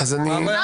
מה הבעיה?